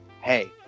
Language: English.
hey